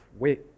Wait